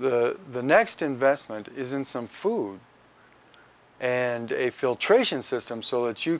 the next investment is in some food and a filtration system so that you